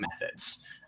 methods